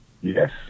Yes